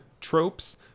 tropes